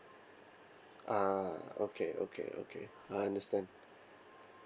ah okay okay okay I understand